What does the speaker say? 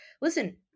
listen